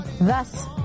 Thus